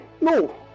No